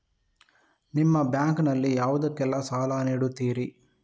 ನಿಮ್ಮ ಬ್ಯಾಂಕ್ ನಲ್ಲಿ ಯಾವುದೇಲ್ಲಕ್ಕೆ ಸಾಲ ನೀಡುತ್ತಿರಿ?